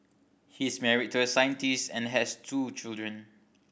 he is married to a scientist and has two children